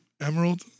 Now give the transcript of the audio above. Emerald